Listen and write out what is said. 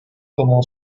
como